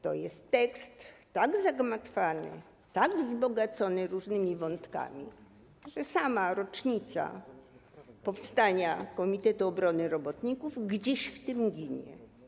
To jest tekst tak zagmatwany, tak wzbogacony różnymi wątkami, że sama rocznica powstania Komitetu Obrony Robotników gdzieś w tym ginie.